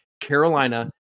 Carolina